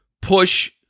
push